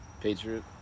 Patriot